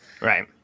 right